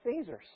Caesar's